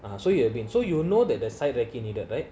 um so you have been so you'll know that the site recce needed right